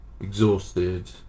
exhausted